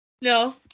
No